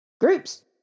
groups